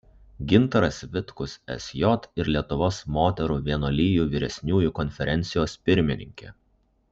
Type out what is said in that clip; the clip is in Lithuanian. gintaras vitkus sj ir lietuvos moterų vienuolijų vyresniųjų konferencijos pirmininkė